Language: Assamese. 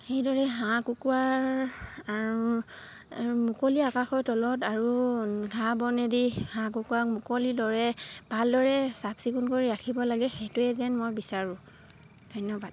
সেইদৰে হাঁহ কুকুৰাৰ মুকলি আকাশৰ তলত আৰু ঘাঁহ বনেদি হাঁহ কুকুৰা মুকলি দৰে ভালদৰে চাফ চিকুণ কৰি ৰাখিব লাগে সেইটোৱে যেন মই বিচাৰোঁ ধন্যবাদ